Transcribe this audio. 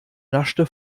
naschte